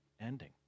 ending